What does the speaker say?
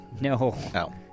No